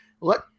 Let